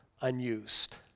unused